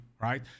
right